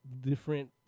different